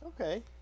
Okay